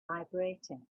vibrating